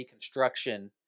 deconstruction